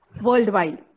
worldwide